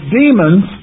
demons